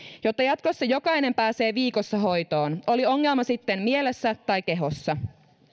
jotta jatkossa jokainen pääsee viikossa hoitoon oli ongelma sitten mielessä tai kehossa